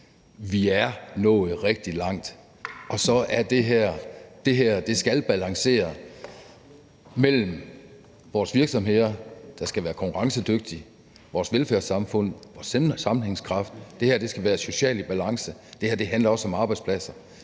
nok – nået rigtig langt, og det her skal balancere mellem vores virksomheder, der skal være konkurrencedygtige, og vores velfærdssamfund og sammenhængskraft. Det her skal socialt være i balance, og det handler også om arbejdspladser.